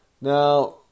Now